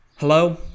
Hello